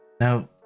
now